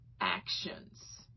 actions